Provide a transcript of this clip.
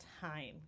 time